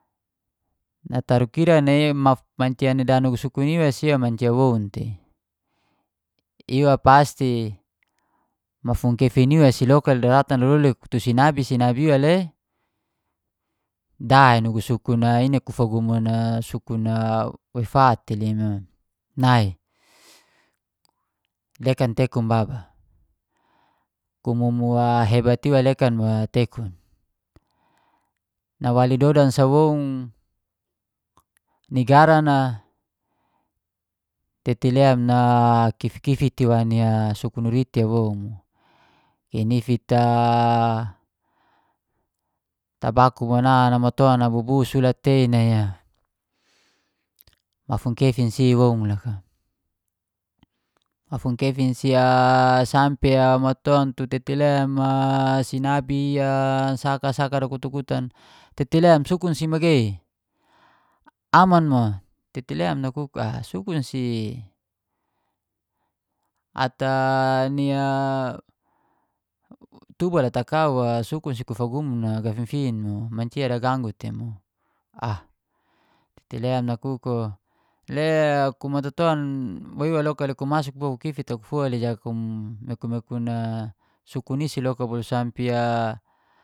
Nataru kira nai ma, mancia dadangus sukun iwa si mancia woun tei, iwa pasti mafun kefin ia loka de dawatan dalolik tutu sinabi-sinabi iwa le da nugu sukun nai kufagumun, kufagumun sukun a, sukun na woi fat te lim oi nai. Lekan twkun baba, kumumu hebat iwa lekan wa tekun. Nawali dodan sa woun, ni garan a tete lem na kifit-kifit iwa sukun wariti i woun, kinifit a tabaku mana namaton nabubus ulat tei nai, mafun kefin si woun loka. Mahun sampe a maton tutu tete lem a sinabi a saka-saka dakutan-kutan "tete lemsukun si magei, aman mo?"Tete lem nakuk " ah sukun a si ata nai tubal ata kau kufagumun na gafifin mo mancia daganggu i tei mo". Tete lem nakuk " le ku matoton bo iwa loka le, ku masuk ku kifit aku fua le kumu jga makun-mekun sukun isi loka bolu sampe a